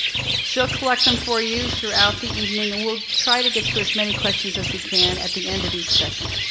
she'll collect them for you throughout the evening, and we'll try to get to as many questions as we can at the end of each session.